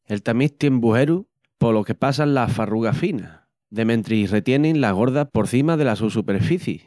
El tamís tien bujerus polos que passan las farrugas finas, de mentris retienin las gordas por cima dela su superficii.